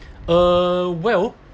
err well